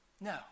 No